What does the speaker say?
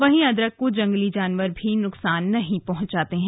वहीं अदरक को जंगली जानवर भी नुकसान नहीं पहुंचाते हैं